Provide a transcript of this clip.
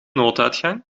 nooduitgang